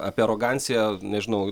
apie aroganciją nežinau